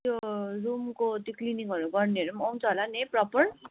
त्यो रूमको त्यो क्लिनिङहरू गर्नेहरू पनि आउँछ होला नि है प्रपर